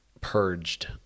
purged